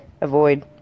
avoid